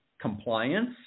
compliance